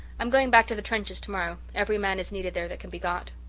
i'm going back to the trenches tomorrow. every man is needed there that can be got.